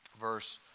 verse